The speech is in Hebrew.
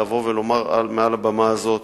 לבוא ולומר מעל הבמה הזאת